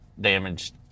damaged